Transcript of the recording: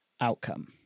outcome